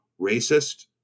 racist